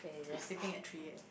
sleeping at three A_M